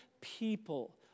people